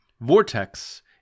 Vortex